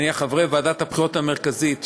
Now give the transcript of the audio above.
נניח חברי ועדת הבחירות המרכזית,